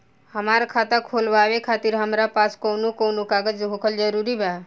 हमार खाता खोलवावे खातिर हमरा पास कऊन कऊन कागज होखल जरूरी बा?